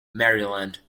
maryland